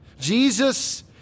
Jesus